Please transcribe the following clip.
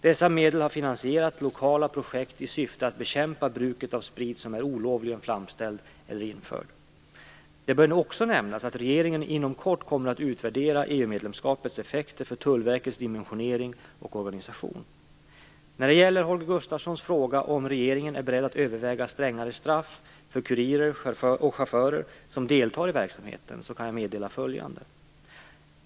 Dessa medel har finansierat lokala projekt i syfte att bekämpa bruket av sprit som är olovligen framställd eller införd. Det bör också nämnas att regeringen inom kort kommer att utvärdera EU-medlemskapets effekter för När det gäller Holger Gustafssons fråga om regeringen är beredd att överväga strängare straff för kurirer och chaufförer som deltar i verksamheten kan jag meddela följande.